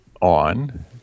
on